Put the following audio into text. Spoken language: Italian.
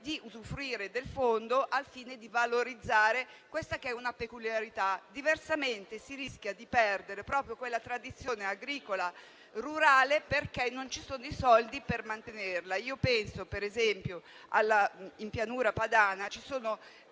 di usufruire del Fondo al fine di valorizzare questa peculiarità. Diversamente, si rischierebbe di perdere proprio quella tradizione agricola rurale, perché non ci sono i soldi per mantenerla. Penso, per esempio, che in Pianura padana ci sono